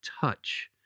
touch